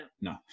No